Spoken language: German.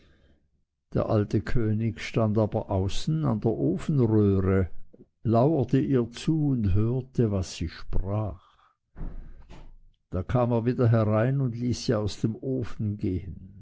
der alte könig stand aber außen an der ofenröhre lauerte ihr zu und hörte was sie sprach da kam er wieder herein und hieß sie aus dem ofen gehen